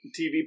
TV